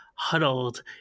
huddled